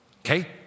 Okay